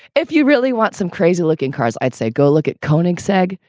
if you really want some crazy looking cars, i'd say, go look at koenigsberg,